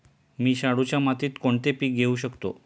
मी शाडूच्या मातीत कोणते पीक घेवू शकतो?